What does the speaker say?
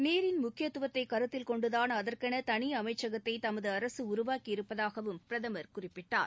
நீரின் முக்கியத்துவத்தை கருத்தில் கொண்டுதான் அதற்கென தனி அமைச்சகத்தை தமது அரசு உருவாக்கி இருப்பதாகவும் பிரதமர் குறிப்பிட்டார்